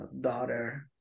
daughter